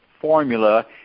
formula